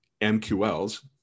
MQLs